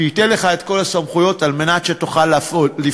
שייתן לך את כל הסמכויות על מנת שתוכל לפעול.